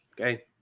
okay